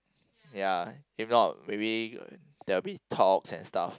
ya if not maybe there will be talk and stuff